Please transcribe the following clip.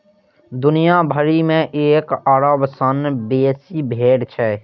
दुनिया भरि मे एक अरब सं बेसी भेड़ छै